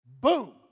Boom